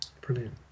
Brilliant